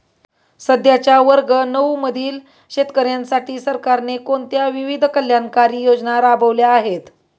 सध्याच्या वर्ग नऊ मधील शेतकऱ्यांसाठी सरकारने कोणत्या विविध कल्याणकारी योजना राबवल्या आहेत?